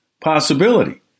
possibility